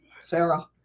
Sarah